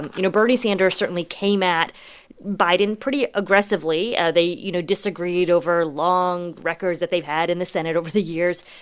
you know, bernie sanders certainly came at biden pretty aggressively. they, you know, disagreed over long records that they've had in the senate over the years.